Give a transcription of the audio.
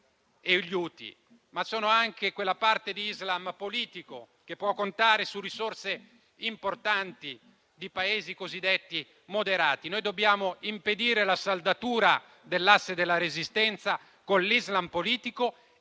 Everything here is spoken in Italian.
e Houthi; si tratta anche di quella parte di Islam politico che può contare su risorse importanti di Paesi cosiddetti moderati. Noi dobbiamo impedire la saldatura dell'asse della resistenza con l'Islam politico